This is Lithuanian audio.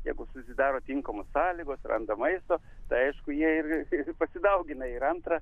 jeigu susidaro tinkamos sąlygos randa maisto tai aišku jie ir ir pasidaugina ir antrą